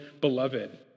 beloved